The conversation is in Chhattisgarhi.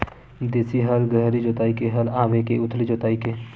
देशी हल गहरी जोताई के हल आवे के उथली जोताई के?